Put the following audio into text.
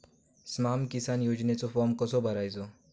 स्माम किसान योजनेचो फॉर्म कसो भरायचो?